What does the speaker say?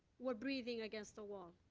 were breathing against the wall.